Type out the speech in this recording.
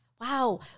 wow